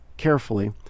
carefully